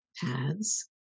Paths